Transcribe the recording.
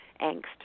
angst